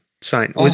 sign